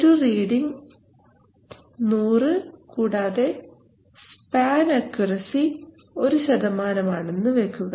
ഒരു റീഡിങ് 100 കൂടാതെ span accuracy 1 ശതമാനമാണെന്ന് വെക്കുക